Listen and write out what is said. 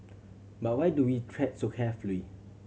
but why do we tread so carefully